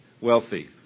wealthy